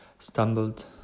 stumbled